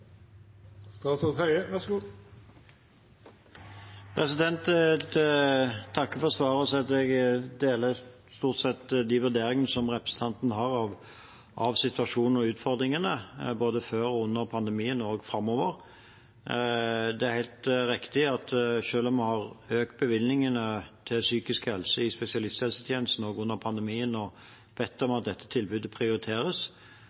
takker for innlegget og vil si at jeg deler stort sett de vurderingene som representanten har av situasjonen og utfordringene, både før og under pandemien og også framover. Det er helt riktig at selv om vi har økt bevilgningene til psykisk helse i spesialisthelsetjenesten også under pandemien og har bedt om